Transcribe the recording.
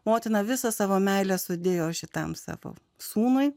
motina visą savo meilę sudėjo šitam savo sūnui